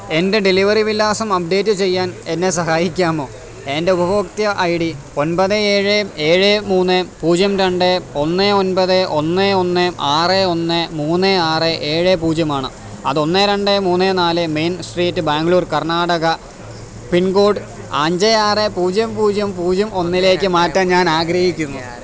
എൻ്റെ ഡെലിവറി വിലാസം അപ്ഡേറ്റ് ചെയ്യാൻ എന്നെ സഹായിക്കാമോ എൻ്റെ ഉപഭോക്ത്യ ഐ ഡി ഒൻപത് ഏഴ് ഏഴ് മൂന്ന് പൂജ്യം രണ്ട് ഒന്ന് ഒൻപത് ഒന്ന് ഒന്ന് ആറ് ഒന്ന് മൂന്ന് ആറ് ഏഴ് പൂജ്യമാണ് അത് ഒന്ന് രണ്ട് മൂന്ന് നാല് main street Bangalore Karnataka pin code അഞ്ച് ആറ് പൂജ്യം പൂജ്യം പൂജ്യം ഒന്നിലേക്ക് മാറ്റാൻ ഞാൻ ആഗ്രഹിക്കുന്നു